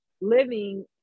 living